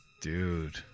Dude